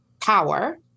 power